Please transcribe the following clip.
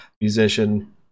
musician